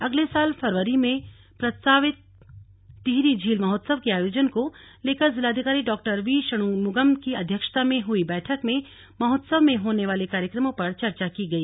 अगले साल फरवरी में प्रस्तावित टिहरी झील महोत्सव के अयोजन को लेकर जिलाधिकारी डॉ वी षणमुगम की अध्यक्षता में हुई बैठक में महोत्सव में होने वाले कार्यक्रमों पर चर्चा की गई